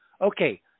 Okay